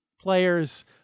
players